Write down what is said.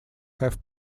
have